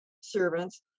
servants